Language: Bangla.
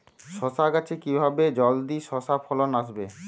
শশা গাছে কিভাবে জলদি শশা ফলন আসবে?